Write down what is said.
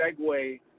segue